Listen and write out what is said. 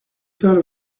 thought